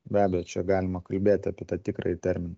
be abejo čia galima kalbėt apie tą tikrąjį terminą